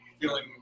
feeling